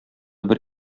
бер